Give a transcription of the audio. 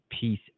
peace